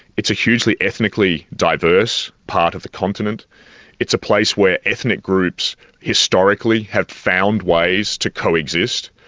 it's a hugely ethnically diverse part of the continent it's a place where ethnic groups historically have found ways to coexist,